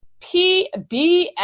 PBS